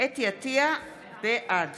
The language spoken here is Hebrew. בעד